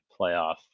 playoff